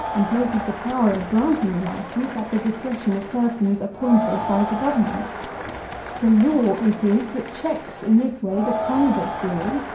and places the power of granting the license at the discretion of persons appointed by the government the law it is that checks, in this way, the private brewing,